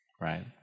Right